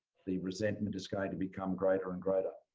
the resentment is going to become greater and greater.